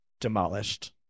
demolished